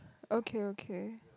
okay okay